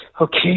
Okay